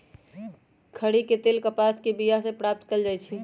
खरि के तेल कपास के बिया से प्राप्त कएल जाइ छइ